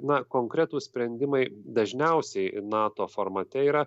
na konkretūs sprendimai dažniausiai nato formate yra